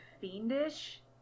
fiendish